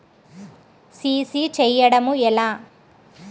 CC చేయడము ఎలా?